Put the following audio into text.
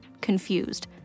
confused